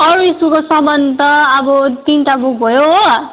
अरू स्कुलको सामान त अब तिनटा बुक भयो हो